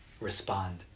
Respond